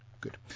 good